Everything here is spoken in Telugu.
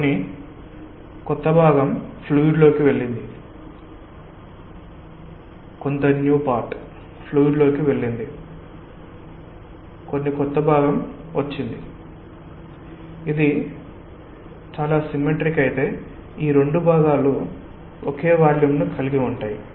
కొన్ని కొత్త భాగం ఫ్లూయిడ్ లోకి వెళ్ళింది కొన్ని కొత్త భాగం వచ్చింది మరియు ఇది చాలా సిమ్మెట్రిక్ అయితే ఈ రెండు భాగాలు ఒకే వాల్యూమ్ ను కలిగి ఉంటాయి